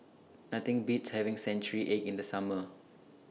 Nothing Beats having Century Egg in The Summer